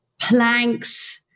planks